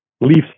Leafs